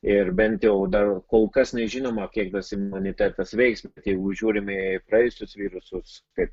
ir bent jau dar kol kas nežinoma kiek tas imunitetas veiks jeigu žiūrime į praėjusius virusus kaip